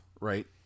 right